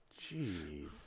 jeez